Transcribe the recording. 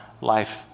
life